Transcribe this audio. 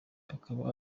akaba